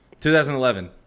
2011